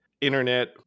internet